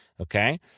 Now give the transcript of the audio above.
Okay